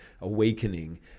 awakening